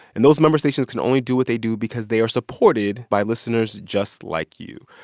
and those member stations can only do what they do because they are supported by listeners just like you.